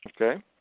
Okay